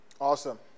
Awesome